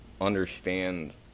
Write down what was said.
understand